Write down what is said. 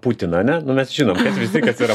putiną ane nu mes žinom kad visi kas yra